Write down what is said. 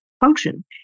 function